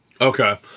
Okay